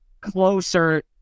closer